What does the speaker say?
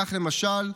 כך למשל,